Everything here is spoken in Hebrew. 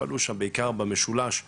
היו שם בעיקר במשולש מאלי,